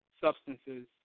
substances